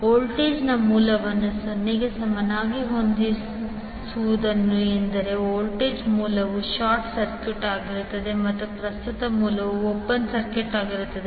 voltage ಮೂಲವನ್ನು 0 ಗೆ ಸಮನಾಗಿ ಹೊಂದಿಸುವುದು ಎಂದರೆ ವೋಲ್ಟೇಜ್ ಮೂಲವು ಶಾರ್ಟ್ ಸರ್ಕ್ಯೂಟ್ ಆಗಿರುತ್ತದೆ ಮತ್ತು ಪ್ರಸ್ತುತ ಮೂಲವು ಓಪನ್ ಸರ್ಕ್ಯೂಟ್ ಆಗಿರುತ್ತದೆ